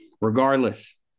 Regardless